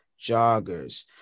joggers